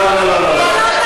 זאת